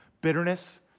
Bitterness